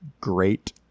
great